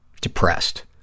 Depressed